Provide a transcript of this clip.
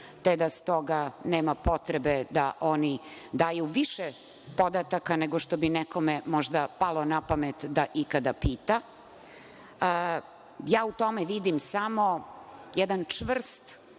te da stoga nema potrebe da oni daju više podataka nego što bi nekome možda palo napamet da ikada pita. Ja u tome vidim samo jedan čvrst